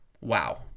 wow